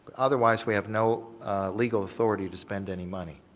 otherwise, we have no legal authority to spend any money.